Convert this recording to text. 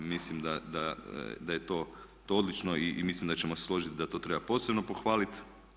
Mislim da je to odlično i mislim da ćemo se složiti da to treba posebno pohvalit.